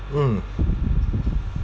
mm